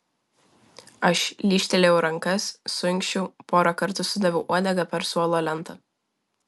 aš lyžtelėjau rankas suinkščiau porą kartų sudaviau uodega per suolo lentą